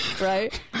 right